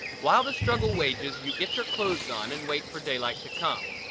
while the struggle wages you get your clothes on and wait for daylight to come,